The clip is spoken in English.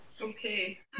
okay